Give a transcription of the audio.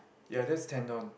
ya that's tendon